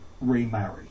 remarry